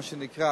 מה שנקרא,